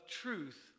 truth